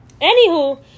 anywho